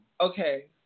Okay